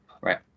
right